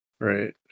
Right